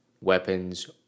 weapons